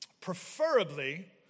preferably